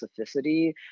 specificity